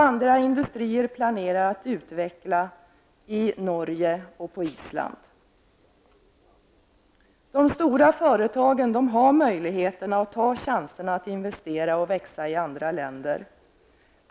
Andra industrier planerar att utveckla sin tillverkning i Norge och på Island. De stora företagen har möjligheter och tar chanserna att investera och växa i andra länder.